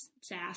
SaaS